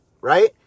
Right